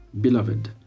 beloved